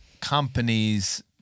companies